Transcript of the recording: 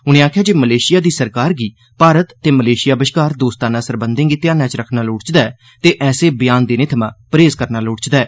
उनें आखेआ जे मलेशिया दी सरकार गी भारत ते मलेशिया बश्कार दोस्ताना सरबंधें गी ध्यान च रक्खना लोड़चदा ऐ ते ऐसे बयान देने थमां परहेज़ करना लोड़चदा ऐ